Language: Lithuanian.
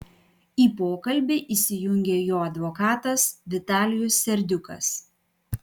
į pokalbį įsijungė jo advokatas vitalijus serdiukas